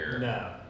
No